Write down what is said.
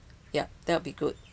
ya that would be good